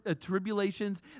tribulations